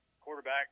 Quarterback